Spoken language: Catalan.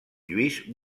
lluís